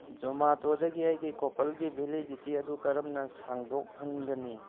ꯖꯣꯃꯥꯇꯣꯗꯒꯤ ꯑꯩꯒꯤ ꯀꯣꯄꯜꯒꯤ ꯕꯦꯂꯤꯗꯤꯇꯤ ꯑꯗꯨ ꯀꯔꯝꯅ ꯁꯥꯡꯗꯣꯛꯍꯟꯒꯅꯤ